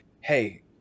hey